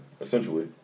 Essentially